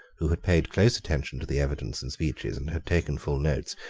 who had paid close attention to the evidence and speeches, and had taken full notes,